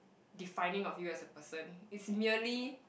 defining of you as a person it's merely